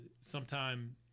sometime